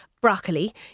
broccoli